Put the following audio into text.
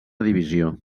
divisió